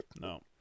no